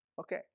Okay